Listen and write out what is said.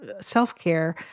self-care